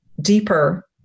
deeper